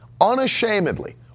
Unashamedly